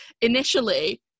initially